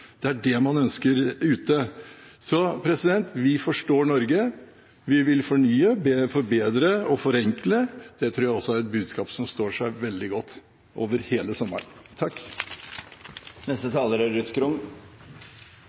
det er det man ønsker ute. Vi forstår Norge, vi vil fornye, forbedre og forenkle. Det tror jeg også er et budskap som står seg veldig godt over hele sommeren.